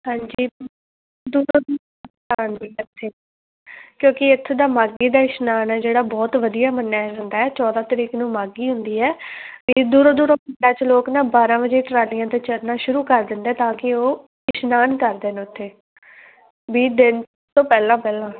ਹਾਂਜੀ ਇੱਥੇ ਕਿਉਂਕਿ ਇੱਥੋਂ ਦਾ ਮਾਘੀ ਦਾ ਇਸ਼ਨਾਨ ਹੈ ਜਿਹੜਾ ਬਹੁਤ ਵਧੀਆ ਮੰਨਿਆ ਜਾਂਦਾ ਚੌਦ੍ਹਾਂ ਤਰੀਕ ਨੂੰ ਮਾਘੀ ਹੁੰਦੀ ਹੈ ਅਤੇ ਦੂਰੋਂ ਦੂਰੋਂ ਲੋਕ ਨਾ ਬਾਰ੍ਹਾਂ ਵਜੇ ਟਰਾਲੀਆਂ 'ਤੇ ਚੜ੍ਹਨਾ ਸ਼ੁਰੂ ਕਰ ਦਿੰਦਾ ਤਾਂ ਕਿ ਉਹ ਇਸ਼ਨਾਨ ਕਰ ਦੇਣ ਉੱਥੇ ਵੀ ਦਿਨ ਤੋਂ ਪਹਿਲਾਂ ਪਹਿਲਾਂ